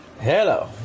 Hello